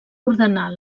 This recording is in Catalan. ordenar